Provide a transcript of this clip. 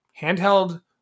Handheld